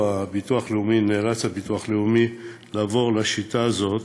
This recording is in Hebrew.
נאלץ הביטוח הלאומי לעבור לשיטה הזאת